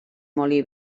molí